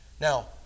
Now